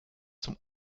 zum